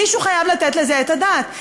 מישהו חייב לתת על זה את הדעת.